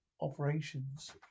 Operations